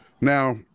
Now